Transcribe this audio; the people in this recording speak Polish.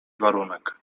warunek